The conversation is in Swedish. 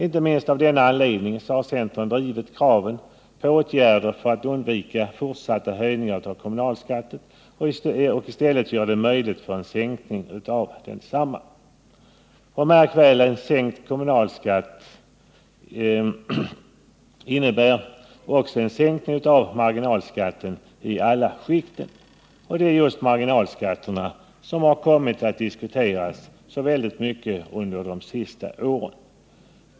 Inte minst av denna anledning har centern drivit kraven på åtgärder för att undvika fortsatta höjningar av kommunalskatten och i stället göra en sänkning av densamma möjlig. Och märk väl — en sänkt kommunalskatt innebär också en sänkning av marginalskatten i alla skikt. Det är just marginalskatterna som har kommit att diskuteras så mycket under de senaste åren.